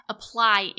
Apply